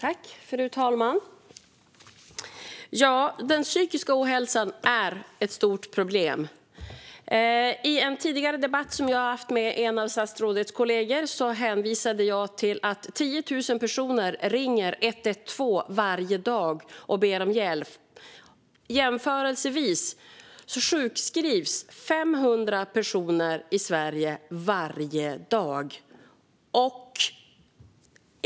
Fru talman! Ja, den psykiska ohälsan är ett stort problem. I en tidigare debatt som jag hade med en av statsrådets kollegor hänvisade jag till att 10 000 personer ringer 112 och ber om hjälp varje dag. Som jämförelse sjukskrivs 500 personer i Sverige varje dag.